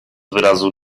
wyrazu